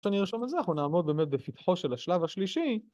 כשאני ארשום את זה אנחנו נעמוד באמת בפתחו של השלב השלישי.